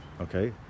okay